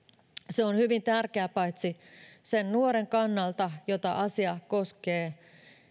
se on hyvin tärkeä paitsi sen nuoren kannalta jota asia koskee